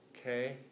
okay